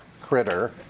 critter